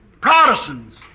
Protestants